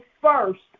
first